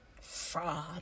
Fraud